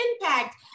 impact